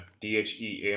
DHEA